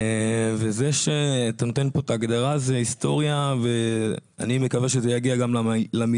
זה שאתה נותן פה את ההגדרה זו היסטוריה ואני מקווה שזה גם יגיע למילון